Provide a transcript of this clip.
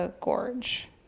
Gorge